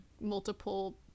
multiple